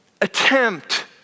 Attempt